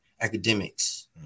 academics